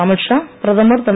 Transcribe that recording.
அமித் ஷா பிரதமர் திரு